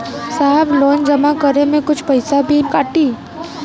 साहब लोन जमा करें में कुछ पैसा भी कटी?